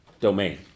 domain